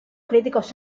críticos